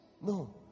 no